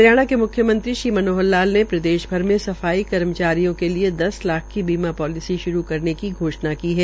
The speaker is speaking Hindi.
हरियाणा के मुख्यमंत्री मनोहर लाल ने प्रदेश भर में सफाई कर्मचारियों के लिये दस लाख की बीमा पोलिसी शुरू करने की घोषणा की है